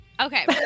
Okay